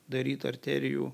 daryt arterijų